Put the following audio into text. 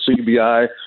CBI